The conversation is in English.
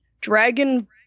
dragon